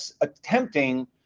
attempting